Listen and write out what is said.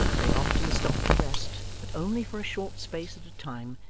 they often stopped to rest, but only for a short space at a time,